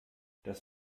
das